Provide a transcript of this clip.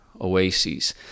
oases